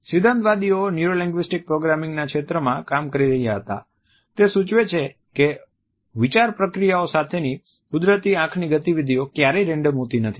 સિદ્ધાંતવાદીઓ neuro linguistic પ્રોગ્રામિંગના ક્ષેત્રમાં કામ કરી રહ્યા હતા તે સૂચવે છે કે વિચાર પ્રક્રિયાઓ સાથેની કુદરતી આંખની ગતિવિધિઓ ક્યારેય રેન્ડમ હોતી નથી